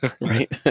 Right